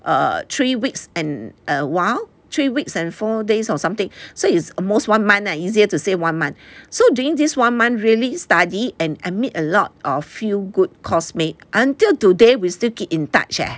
uh three weeks and a while three weeks and four days or something so it's almost one month leh easier to say one month so during this one month really study and I met a lot of few good coursemate until today we still keep in touch leh